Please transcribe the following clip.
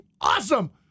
awesome